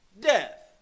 death